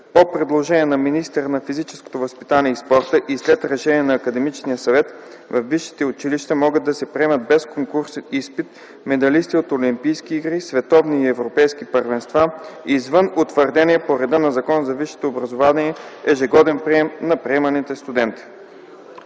По предложение на министъра на физическото възпитание и спорта и след решение на Академичния съвет, във висшите училища могат да се приемат без конкурсен изпит медалисти от олимпийски игри, световни и европейски първенства извън утвърдения по реда на Закона за висшето образование ежегоден брой на приеманите студенти.”